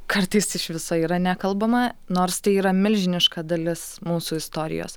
kartais iš viso yra nekalbama nors tai yra milžiniška dalis mūsų istorijos